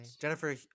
Jennifer